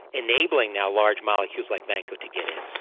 enabling now large molecules like vanco to get in.